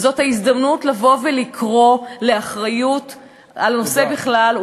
וזאת ההזדמנות לבוא ולקרוא לאחריות על הנושא בכלל,